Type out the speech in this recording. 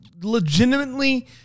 legitimately